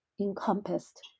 encompassed